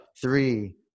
three